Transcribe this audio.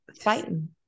Fighting